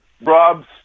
Rob's